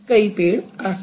कई पेड़ आसपास